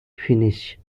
finish